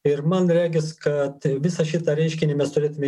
ir man regis kad visą šitą reiškinį mes turėtume